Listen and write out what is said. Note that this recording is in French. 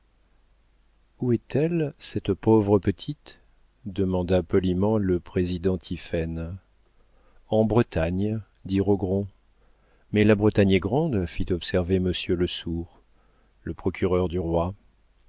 où est-elle cette pauvre petite demanda poliment le président tiphaine en bretagne dit rogron mais la bretagne est grande fit observer monsieur lesourd procureur du roi